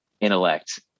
intellect